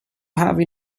have